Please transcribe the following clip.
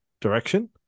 direction